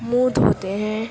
مُنہ دھوتے ہیں